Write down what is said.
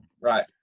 Right